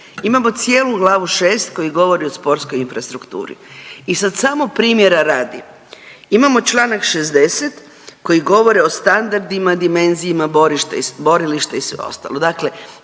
Imamo cijelu glavu šest koja govori o sportskoj infrastrukturi i sad samo primjera radi imamo čl. 60. koji govori o standardima, dimenzijima borilišta i sve ostalo.